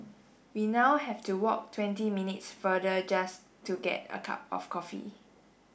we now have to walk twenty minutes farther just to get a cup of coffee